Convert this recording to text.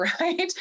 right